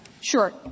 Sure